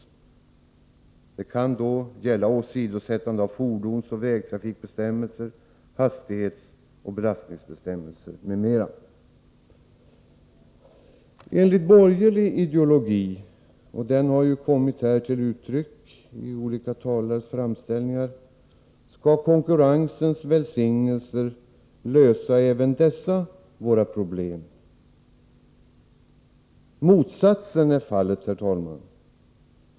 Det kan gälla åsidosättande av fordonsoch vägtrafikbestämmelser, hastighetsoch belastningsbestämmelser m.m. Enligt borgerlig ideologi — den har kommit till uttryck i olika talares framställningar — skall konkurrensens välsignelser lösa även dessa våra problem. Motsatsen är fallet, herr talman.